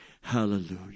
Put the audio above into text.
Hallelujah